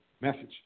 message